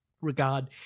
regard